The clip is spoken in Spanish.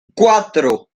cuatro